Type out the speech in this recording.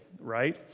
right